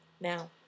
now